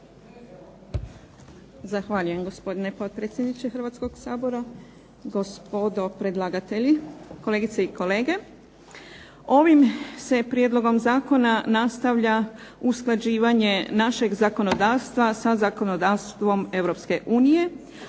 Zahvaljujem gospodine predsjedniče Hrvatskog sabora. Gospodo predlagatelji, kolegice i kolege. Ovim se prijedlogom zakona nastavlja usklađivanje našeg zakonodavstva sa zakonodavstvom